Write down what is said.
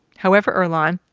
however, earlonne,